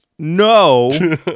No